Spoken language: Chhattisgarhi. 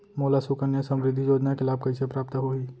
मोला सुकन्या समृद्धि योजना के लाभ कइसे प्राप्त होही?